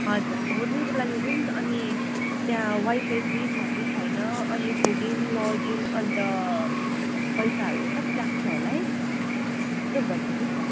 हजुर होटलको लागि रूम्स अनि त्यहाँ वाइफाई फ्री छ कि छैन अनि फुडिङ लजिङ अन्त पैसाहरू कति लाग्छ होला है यसो भनिदिनुहोस् न